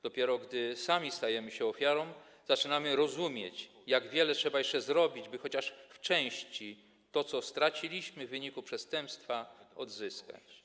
Dopiero gdy sami stajemy się ofiarą, zaczynamy rozumieć, jak wiele trzeba jeszcze zrobić, by chociaż w części to, co straciliśmy w wyniku przestępstwa, odzyskać.